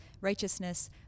righteousness